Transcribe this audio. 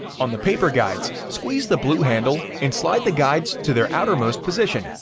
on the paper guides, squeeze the blue handle and slide the guides to their outermost position.